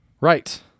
Right